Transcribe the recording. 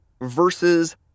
versus